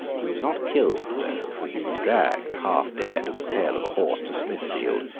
he was not killed, though for he was dragged, half dead, at the tail of a horse to smithfield,